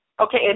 okay